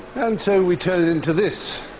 and so we turn into this,